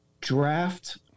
draft